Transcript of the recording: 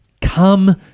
Come